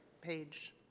page